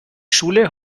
schule